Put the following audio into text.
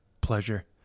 pleasure